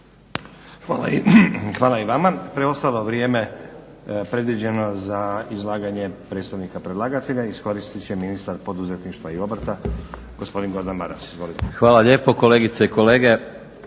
Hvala i vama. Preostalo vrijeme predviđeno je za izlaganje predstavnika predlagatelja. Iskoristit će ministar poduzetništva i obrta, gospodin Gordan Maras. Izvolite. **Maras, Gordan